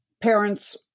parents